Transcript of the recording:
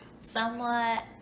somewhat